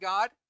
God